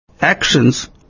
actions